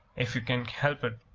if you can help it,